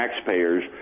taxpayers